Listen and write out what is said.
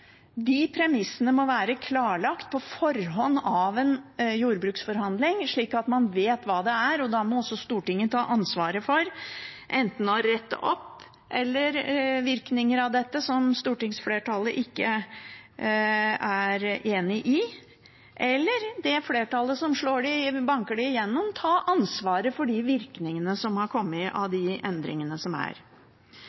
De premissene må være klarlagt i forkant av en jordbruksforhandling, slik at man vet hva det er. Da må enten Stortinget ta ansvaret for å rette opp virkninger av det som stortingsflertallet ikke er enig i, eller så må det flertallet som banker det igjennom, ta ansvaret for de virkningene som har kommet av